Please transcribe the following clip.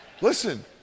Listen